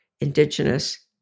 indigenous